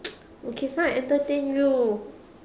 okay fine entertain you